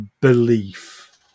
belief